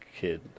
kid